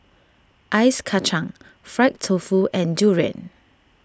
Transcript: Ice Kachang Fried Tofu and Durian